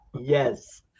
Yes